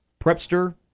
prepster